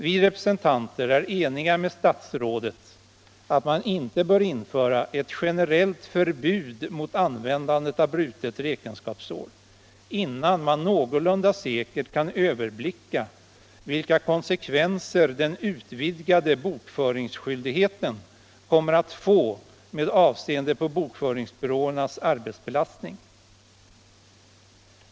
Vi reservanter är eniga med statsrådet om att man inte bör införa ett generellt förbud mot användandet av brutet räkenskapsår innan man någorlunda säkert kan överblicka vilka konsekvenser den utvidgade bokföringsskyldigheten kommer att få med avseende på bokföringsbyråernas arbetsbelastning.